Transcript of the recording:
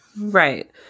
Right